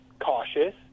cautious